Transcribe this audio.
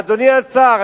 ואדוני השר,